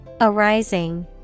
Arising